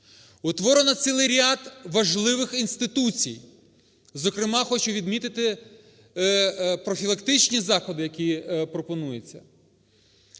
Утворено цілий ряд важливих інституцій. Зокрема, хочу відмітити профілактичні заходи, які пропонуються.